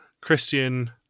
Christian